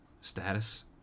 status